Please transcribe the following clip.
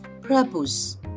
purpose